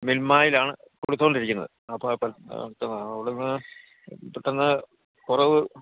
മിൽമായിലാണ് കൊടുത്തുകൊണ്ടിരിക്കുന്നത് അപ്പം പ്പെ അവിടെ നിന്ന് പെട്ടെന്ന് കുറവ്